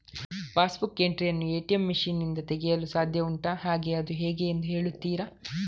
Pass book entry ಯನ್ನು ATM machine ನಿಂದ ತೆಗೆಯಲು ಸಾಧ್ಯ ಉಂಟಾ ಹಾಗೆ ಅದು ಹೇಗೆ ಎಂದು ಹೇಳುತ್ತೀರಾ?